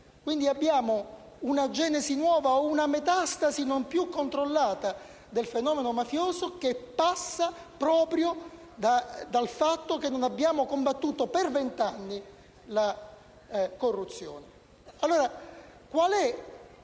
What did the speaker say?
Quindi, abbiamo una genesi nuova e una metastasi non più controllata del fenomeno mafioso, che passa proprio dal fatto che non abbiamo combattuto per vent'anni la corruzione.